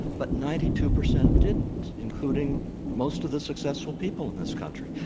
but ninety two percent didn't, including most of the successful people in this country.